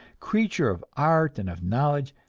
creature of art and of knowledge,